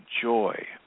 joy